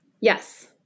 Yes